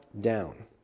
down